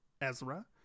Ezra